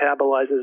metabolizes